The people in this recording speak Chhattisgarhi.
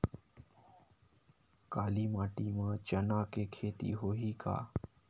काली माटी म चना के खेती होही का?